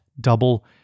double